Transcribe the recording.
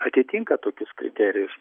atitinka tokius kriterijus